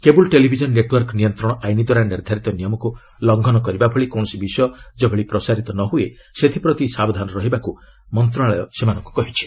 cable television network ନିୟନ୍ତ୍ରଣ ଆଇନ୍ ଦ୍ୱାରା ନିର୍ଦ୍ଧାରିତ ନିୟମକୁ ଲଂଘନ କରିବା ଭଳି କୌଣସି ବିଷୟ ଯେଭଳି ପ୍ରସାରିତ ନ ହୁଏ ସେଥିପ୍ରତି ସାବଧାନ ରହିବାକୁ ମନ୍ତ୍ରଣାଳୟ ସେମାନଙ୍କୁ କହିଛି